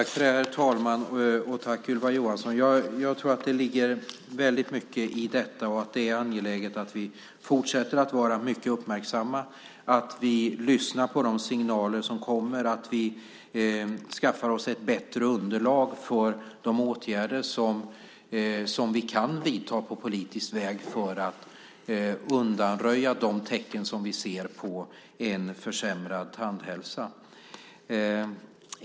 Herr talman! Tack, Ylva Johansson! Jag tror att det ligger väldigt mycket i detta och att det är angeläget att vi fortsätter att vara mycket uppmärksamma, att vi lyssnar på de signaler som kommer och att vi skaffar oss ett bättre underlag för de åtgärder som vi kan vidta på politisk väg för att undanröja de tecken som vi ser på en försämrad tandhälsa.